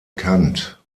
kant